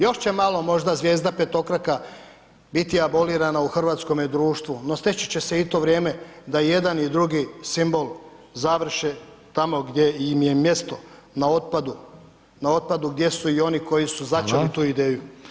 Još će malo možda zvijezda petokraka biti abolirana u hrvatskom društvu, no steći će se i to vrijeme da jedan i drugi simbol završe tamo gdje im je mjesto, na otpadu, na otpadu gdje su i oni koji su začeli tu ideju.